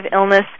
illness